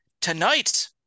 tonight